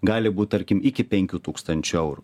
gali būt tarkim iki penkių tūkstančių eurų